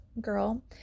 girl